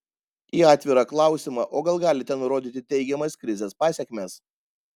į atvirą klausimą o gal galite nurodyti teigiamas krizės pasekmes